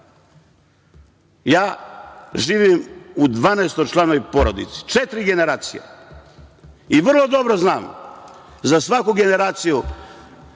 živim u dvanaestočlanoj porodici, četiri generacije i vrlo dobro znam za svaku generaciju